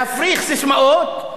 להפריח ססמאות,